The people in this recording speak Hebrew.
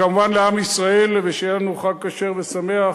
וכמובן לעם ישראל, ושיהיה לנו חג כשר ושמח.